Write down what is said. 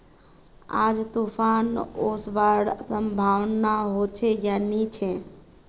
आज तूफ़ान ओसवार संभावना होचे या नी छे?